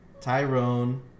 Tyrone